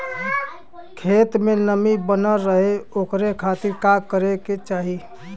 खेत में नमी बनल रहे ओकरे खाती का करे के चाही?